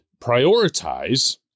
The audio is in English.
prioritize